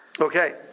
Okay